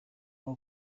aho